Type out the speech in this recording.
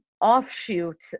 offshoot